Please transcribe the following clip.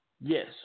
Yes